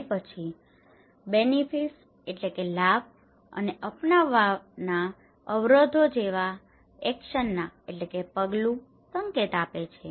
અને પછી benefits benefit લાભ અને અપનાવવાના અવરોધો જેવા એક્શનના action પગલું સંકેતો આપે છે